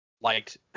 liked